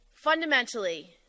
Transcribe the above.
fundamentally